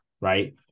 right